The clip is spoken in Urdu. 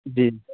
جی